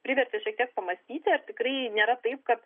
privertė šiek tiek pamąstyti ar tikrai nėra taip kad